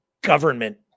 government